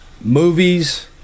movies